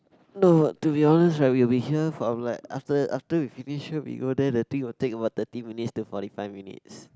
no to be honest right we'll be here from like after after we finish here we go there the thing will take about thirty minutes to forty five minutes